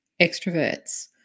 extroverts